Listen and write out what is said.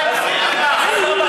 אתה רוצה שנרים ידיים?